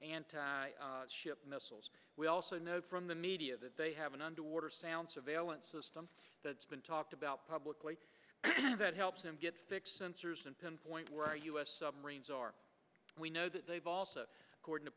and ship missiles we also know from the media that they have an underwater sound surveillance system that's been talked about publicly that helps them get fixed sensors and pinpoint where u s submarines are we know that they've also according to